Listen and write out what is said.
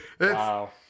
Wow